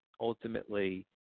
ultimately